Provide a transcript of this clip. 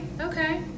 okay